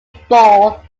ball